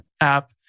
app